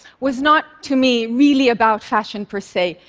was not to me really about fashion per se,